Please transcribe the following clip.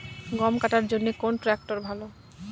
গম কাটার জন্যে কোন ট্র্যাক্টর ভালো?